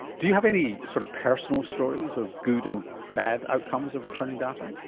do you have any sort of personal stories of good and bad outcomes of returning data?